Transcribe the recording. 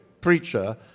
preacher